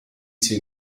two